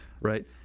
right